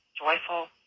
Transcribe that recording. Joyful